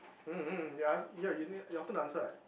um um ya ask ya you your turn to answer eh